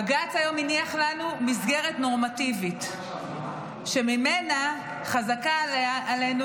בג"ץ הניח לנו היום מסגרת נורמטיבית שממנה חזקה עלינו